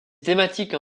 thématiques